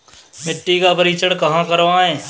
मिट्टी का परीक्षण कहाँ करवाएँ?